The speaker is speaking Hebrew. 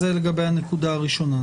זה לגבי הנקודה הראשונה.